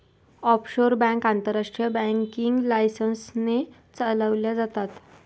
offshore bank आंतरराष्ट्रीय banking licence ने चालवल्या जातात